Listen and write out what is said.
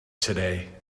today